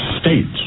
states